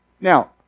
Now